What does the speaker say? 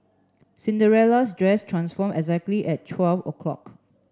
Cinderella's dress transform exactly at twelve o'clock